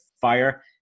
fire